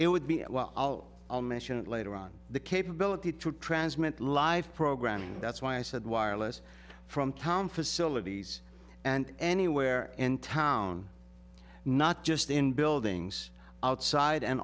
it would be well i'll mention it later on the capability to transmit live programming that's why i said wireless from town facilities and anywhere in town not just in buildings outside and